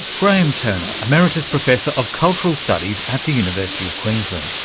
graeme turner, emeritus professor of cultural studies at the university of queensland.